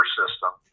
system